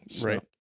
right